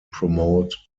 promote